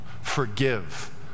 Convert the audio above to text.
Forgive